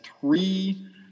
three